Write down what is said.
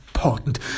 important